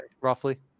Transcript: roughly